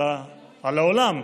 על העולם,